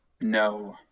No